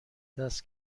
دست